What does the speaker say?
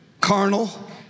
carnal